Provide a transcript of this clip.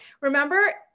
remember